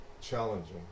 challenging